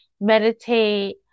meditate